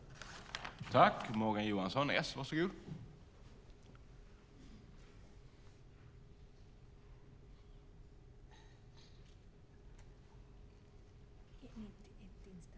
I detta anförande instämde Anders Andersson .